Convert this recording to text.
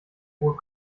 hohe